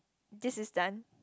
this is done